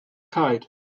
kite